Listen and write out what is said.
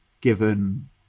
given